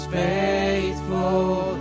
faithful